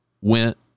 went